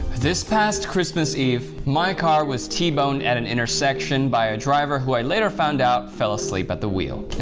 this past christmas eve, my car was t-boned at an intersection by a driver who i later found out fell asleep at the wheel.